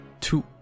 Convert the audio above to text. Two